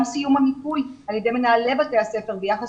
גם סיום המיפוי על ידי מנהלי בתי הספר ביחס